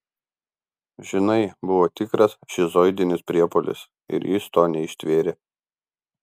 žinai buvo tikras šizoidinis priepuolis ir jis to neištvėrė